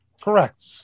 correct